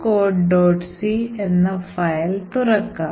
c file തുറക്കാം